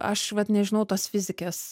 aš vat nežinau tos fizikės